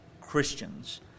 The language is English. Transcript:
Christians